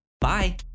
Bye